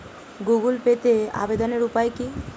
Google পেতে আবেদনের উপায় কি?